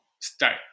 start